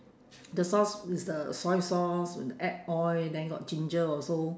the sauce is the soy sauce add oil then got ginger also